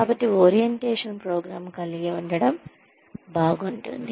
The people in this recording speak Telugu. కాబట్టి ఓరియంటేషన్ ప్రోగ్రామ్ కలిగి ఉండటం బాగుంటుంది